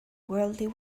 worldly